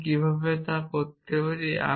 এবং আমি কিভাবে তা করতে পারি